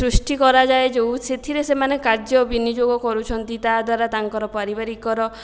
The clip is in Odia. ସୃଷ୍ଟି କରାଯାଏ ଯେଉଁ ସେଥିରେ ସେମାନେ କାର୍ଯ୍ୟ ବିନିଯୋଗ କରୁଛନ୍ତି ତା' ଦ୍ଵାରା ତାଙ୍କର ପାରିବାରିକର